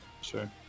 Sure